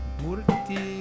murti